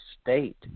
state